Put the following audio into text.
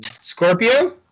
Scorpio